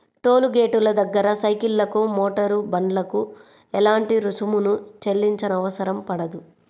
toll గేటుల దగ్గర సైకిళ్లకు, మోటారు బండ్లకు ఎలాంటి రుసుమును చెల్లించనవసరం పడదు